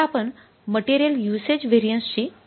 तर आता आपण मटेरियल युसेज व्हेरिएन्सची गणना करू या